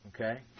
Okay